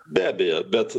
be abejo bet